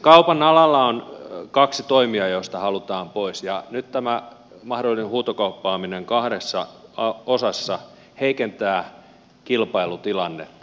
kaupan alalla on kaksi toimijaa joista halutaan pois ja nyt tämä mahdollinen huutokauppaaminen kahdessa osassa heikentää kilpailutilannetta